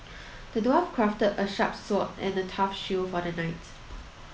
the dwarf crafted a sharp sword and a tough shield for the knight